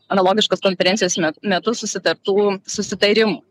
analogiškos konferencijos me metu susitartų susitarimų